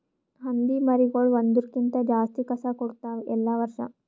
ಹಂದಿ ಮರಿಗೊಳ್ ಒಂದುರ್ ಕ್ಕಿಂತ ಜಾಸ್ತಿ ಕಸ ಕೊಡ್ತಾವ್ ಎಲ್ಲಾ ವರ್ಷ